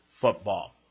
football